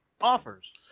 offers